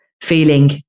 feeling